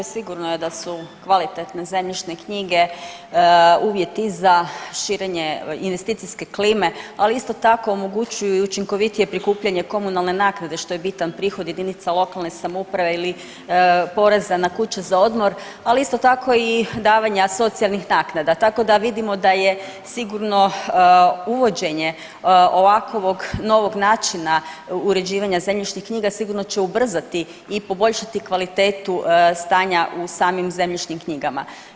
Sigurno je da su kvalitete zemljišne knjige uvjeti za širenje investicijske klime, ali isto tako omogućuju i učinkovitije prikupljanje komunalne naknade, što je bitan prihod jedinica lokalne samouprave ili poreza na kuće za odmor, ali isto tako i davanja socijalnih naknada tako da vidimo da je sigurno uvođenje ovakvog novog načina uređivanja zemljišnih knjiga, sigurno će ubrzati i poboljšati kvalitetu stanja u samim zemljišnim knjigama.